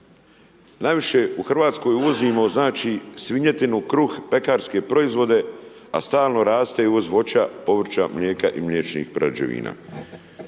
Najviše u RH uvozimo, znači, svinjetinu, kruh, pekarske proizvode, a stalno raste i uvoz voća, povrća, mlijeka i mliječnih prerađevina.